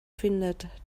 findet